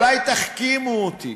אולי תחכימו אותי.